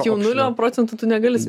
jau nulio procentų tu negali